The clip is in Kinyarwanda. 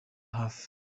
hafi